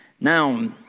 Now